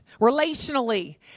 relationally